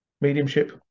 mediumship